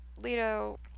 Leto